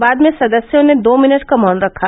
बाद में सदस्यों ने दो मिनट का मौन रखा